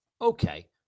Okay